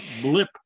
blip